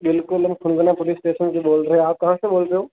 बिल्कुल हम फुलवला पुलिस टेशन से बोल रहे हैं आप कहाँ से बोल रहे हो